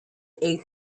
eight